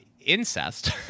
incest